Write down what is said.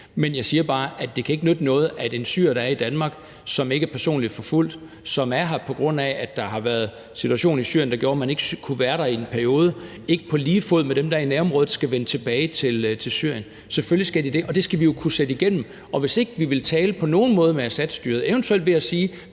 Men jeg siger bare, at det ikke kan nytte noget, at en syrer, der er i Danmark, som ikke er personligt forfulgt, og som er her, på grund af at der har været en situation i Syrien, der gjorde, at man ikke kunne være der i en periode, ikke på lige fod med dem, der er i nærområdet, skal vende tilbage til Syrien. Selvfølgelig skal de det, og det skal vi jo kunne sætte igennem, og hvis ikke vi på nogen måde vil tale med Assadstyret, eventuelt ved at sige,